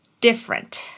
different